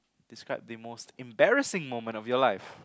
describe the most embarrassing moment of your life